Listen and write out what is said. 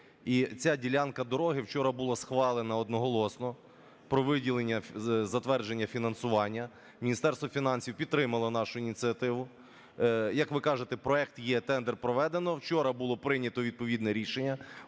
ця ділянка дороги вчора була схвалена одноголосно про виділення, затвердження фінансування. Міністерство фінансів підтримало нашу ініціативу. Як ви кажете, проект є, тендер проведено, вчора було прийняте відповідне рішення.